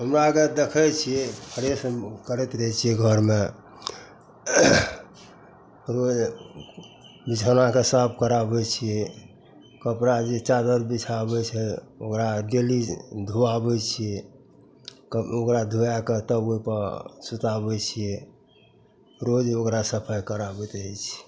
हमरा आओरके देखै छिए फ्रेश करैत रहै छिए घरमे बिछौनाके साफ कराबै छिए कपड़ा जे चादर बिछाबै छै ओकरा डेली धोआबै छिए ओकरा धोआके तब ओहिपर सुताबै छिए रोज ओकरा सफाइ कराबैत रहै छिए